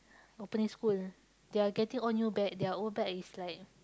opening school they are getting all new bag their old bag is like